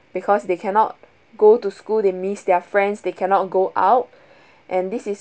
because they cannot go to school they missed their friends they cannot go out and this is